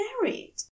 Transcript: married